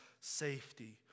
safety